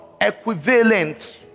Equivalent